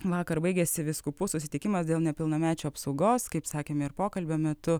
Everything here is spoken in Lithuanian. vakar baigėsi vyskupų susitikimas dėl nepilnamečių apsaugos kaip sakėme ir pokalbio metu